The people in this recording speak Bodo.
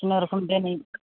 खुनुरुखुम दिनै